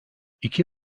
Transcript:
i̇ki